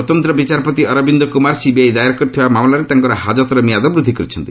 ସ୍ୱତନ୍ତ୍ର ବିଚାରପତି ଅରବିନ୍ଦ କୁମାର ସିବିଆଇ ଦାଏର କରିଥିବା ମାମଲାରେ ତାଙ୍କର ହାଜତର ମିଆଦି ବୃଦ୍ଧି କରିଛନ୍ତି